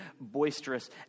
boisterous